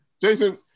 Jason